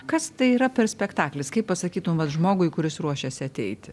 kas tai yra per spektaklis kaip pasakytum vat žmogui kuris ruošiasi ateiti